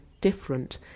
different